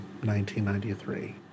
1993